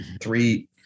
three